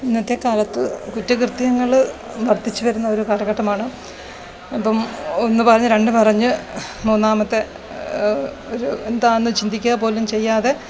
ഇന്നത്തെ കാലത്ത് കുറ്റകൃത്യങ്ങൾ വർദ്ധിച്ച് വരുന്ന ഒരു കാലഘട്ടമാണ് അപ്പം ഒന്നു പറഞ്ഞ് രണ്ടു പറഞ്ഞ് മൂന്നാമത്തെ ഒരു എന്താണെന്ന് ചിന്തിക്കുക പോലും ചെയ്യാതെ